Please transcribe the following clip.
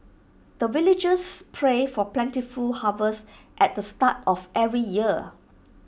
the villagers pray for plentiful harvest at the start of every year